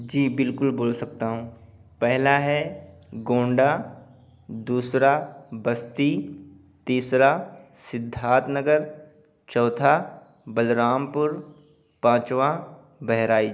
جی بالکل بول سکتا ہوں پہلا ہے گونڈہ دوسرا بستی تیسرا سدھات نگر چوتھا بلرام پور پانچواں بہرائچ